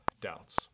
doubts